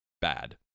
bad